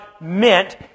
meant